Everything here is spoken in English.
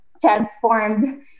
transformed